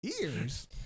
Ears